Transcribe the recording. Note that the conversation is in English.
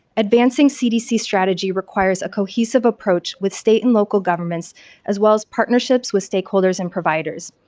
advancing cdc strategy requires a cohesive approach with state and local governments as well as partnerships with stakeholders and providers.